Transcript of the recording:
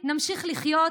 נמשיך לחיות,